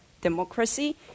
democracy